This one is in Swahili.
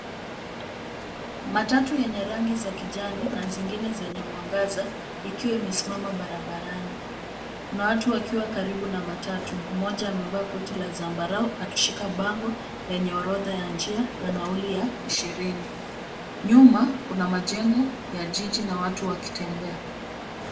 Matatu yenye rangi za kijani na zingine zenye mwangaza ikiwa imesimama barabarani. Kuna watu wakiwa karibu na matatu, mmoja amevaa koti la zambarau akishika bango lenye orodha ya njia na nauli ya ishirini. Nyuma kuna majengo ya jiji na watu wakitembea.